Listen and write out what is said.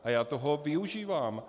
A já toho využívám.